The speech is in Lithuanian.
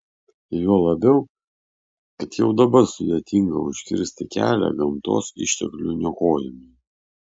juo labiau kad jau dabar sudėtinga užkirsti kelią gamtos išteklių niokojimui